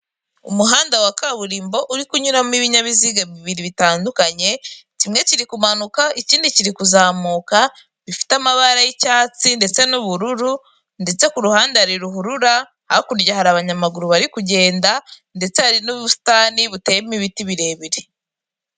Umuhanda wa kaburimbo uri kunyuramo ibinyabiziga bibibri bitandukanye kimwe kiri kumanuka ikindi kiri kuzamuka bifite amabara y'icyatsi ndetse n'ubururu ndetse ku ruhande ndetse hari ruhurura hakurya hari abanyamaguru bari kugenda ndetse hari n'ubusitani buteyemo ibiti birebire.